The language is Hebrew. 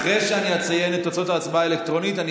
אחרי שאני אציין את תוצאות ההצבעה האלקטרונית אני